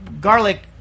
garlic